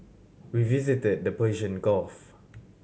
we visited the Persian Gulf